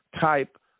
type